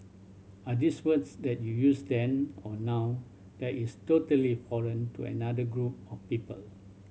are these words that you use then or now that is totally foreign to another group of people